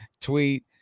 tweet